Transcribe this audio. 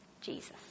Jesus